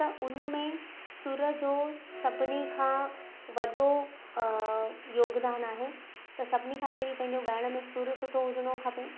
त असां उनमें सुर जो सभिनी खां वॾो योगदानु आहे त सभिनी खां पहिरीं पंहिंजो ॻाइण में सुरु सुठो हुजणो खपे